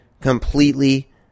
completely